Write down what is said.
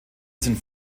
sind